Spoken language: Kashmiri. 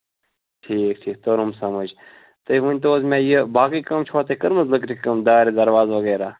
ٹھیٖک ٹھیٖک توٚرُم سَمجھ تُہۍ ؤنۍتَو زِ مےٚ یہِ باقٕے کٲم چھَوا تۄہہِ کٔرمٕژ لٔکرِ کٲم دارِ دروازٕ وغیرہ